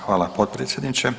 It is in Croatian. Hvala potpredsjedniče.